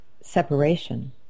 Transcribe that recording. separation